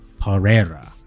Pereira